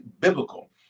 biblical